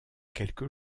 quelque